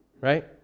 Right